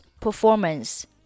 performance